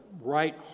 right